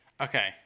okay